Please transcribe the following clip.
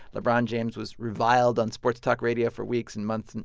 lebron james was reviled on sports talk radio for weeks and months,